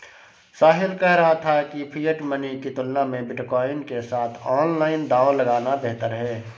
साहिल कह रहा था कि फिएट मनी की तुलना में बिटकॉइन के साथ ऑनलाइन दांव लगाना बेहतर हैं